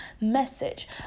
message